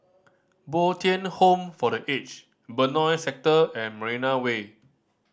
Bo Tien Home for The Aged Benoi Sector and Marina Way